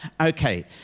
Okay